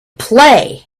play